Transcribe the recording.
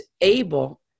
able